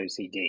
OCD